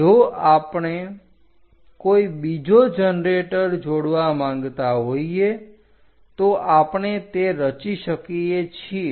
જો આપણે કોઈ બીજો જનરેટર જોડવા માંગતા હોઈએ તો આપણે તે રચી શકીએ છીએ